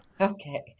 Okay